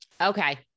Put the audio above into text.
Okay